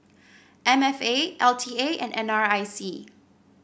M F A L T A and N R I C